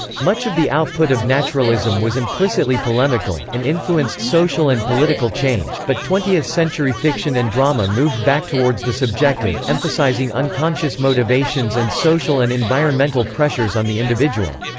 much of the output of naturalism was implicitly polemical, and influenced social and political change, but twentieth century fiction and drama moved back towards the subjective, emphasizing unconscious motivations and social and environmental pressures on the individual.